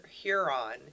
Huron